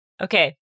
Okay